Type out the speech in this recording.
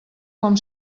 com